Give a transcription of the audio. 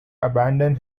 abandon